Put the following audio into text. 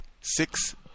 six